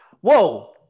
Whoa